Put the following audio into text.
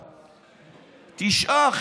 תשעה,